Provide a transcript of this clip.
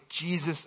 Jesus